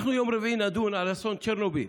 ביום רביעי אנחנו נדון על אסון צ'רנוביל,